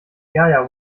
geier